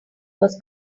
was